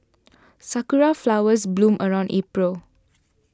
sakura flowers bloom around April